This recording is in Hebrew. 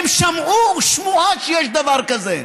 הם שמעו שמועה שיש דבר כזה.